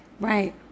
Right